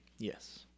Yes